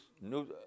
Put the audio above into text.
news